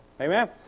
Amen